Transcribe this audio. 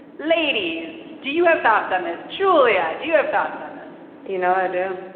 ladies, do you have thoughts on this, julia? do you have thoughts on this? you know, i do